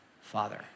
father